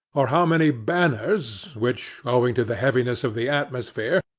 or how many banners, which, owing to the heaviness of the atmosphere,